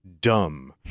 dumb